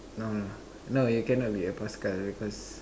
no no no you be a paskal because